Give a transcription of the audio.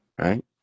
right